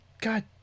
God